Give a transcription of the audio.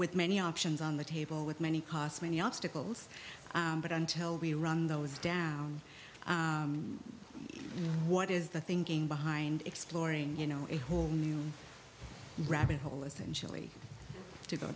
with many options on the table with many cars many obstacles but until we run those down what is the thinking behind exploring you know a whole new rabbit hole essentially to go